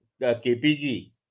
KPG